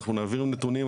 אנחנו נעביר נתונים.